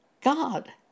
God